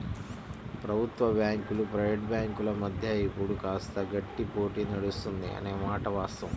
ప్రభుత్వ బ్యాంకులు ప్రైవేట్ బ్యాంకుల మధ్య ఇప్పుడు కాస్త గట్టి పోటీ నడుస్తుంది అనే మాట వాస్తవం